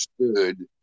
understood